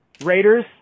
Raiders